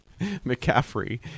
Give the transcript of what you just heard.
McCaffrey